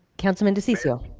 councilman diciccio.